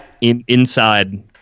inside